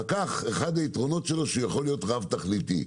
פקח אחד היתרונות שלו שיכול להיות רב תכליתי.